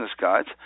Guides